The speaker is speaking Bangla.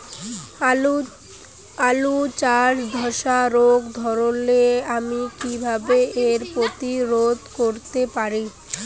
আলু চাষে ধসা রোগ ধরলে আমি কীভাবে এর প্রতিরোধ করতে পারি?